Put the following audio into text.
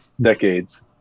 decades